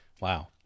Wow